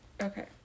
Okay